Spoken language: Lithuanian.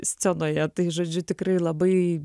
scenoje tai žodžiu tikrai labai